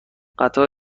قطار